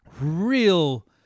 real